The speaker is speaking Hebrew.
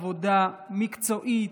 עבודה מקצועית.